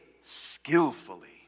skillfully